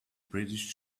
british